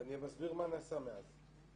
אני מסביר מה נעשה מאז.